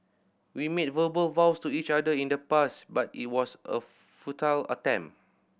we made verbal vows to each other in the past but it was a futile attempt